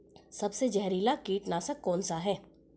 सबसे जहरीला कीटनाशक कौन सा है?